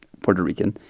puerto rican